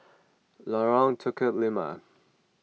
Lorong Tukang Lima